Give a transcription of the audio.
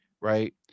right